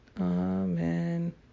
Amen